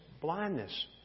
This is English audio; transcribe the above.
blindness